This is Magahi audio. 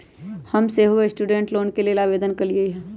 हम सेहो स्टूडेंट लोन के लेल आवेदन कलियइ ह